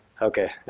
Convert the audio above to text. ok.